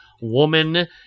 woman